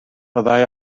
byddai